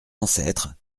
ancêtres